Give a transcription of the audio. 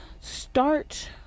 start